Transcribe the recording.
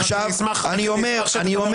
רק אני אשמח --- אני אומר שוב,